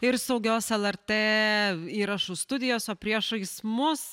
ir saugios lrt įrašų studijos o priešais mus